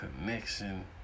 connection